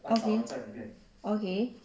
okay okay